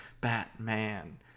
Batman